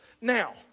Now